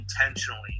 intentionally